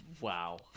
Wow